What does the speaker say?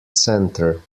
center